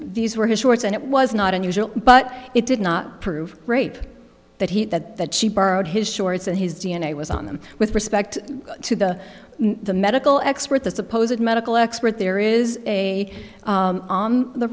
these were his shorts and it was not unusual but it did not prove rape that he that that she borrowed his shorts and his d n a was on them with respect to the the medical expert the supposedly medical expert there is a on the